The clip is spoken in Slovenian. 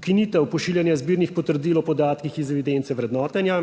ukinitev pošiljanja zbirnih potrdil o podatkih iz evidence vrednotenja,